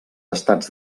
estats